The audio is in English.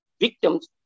victims